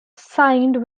signed